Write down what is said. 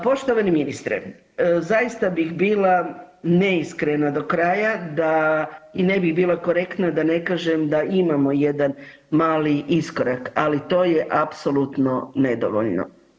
Poštovani ministre, zaista bih bila neiskrena do kraja i ne bih bila korektna da ne kažem da imamo jedan mali iskorak, ali to je apsolutno nedovoljno.